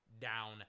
down